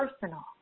personal